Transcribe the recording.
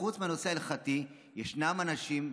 חוץ מהנושא ההלכתי, ישנם אנשים,